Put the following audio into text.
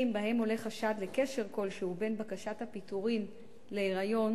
במקרים שבהם עולה חשד לקשר כלשהו בין בקשת הפיטורים להיריון,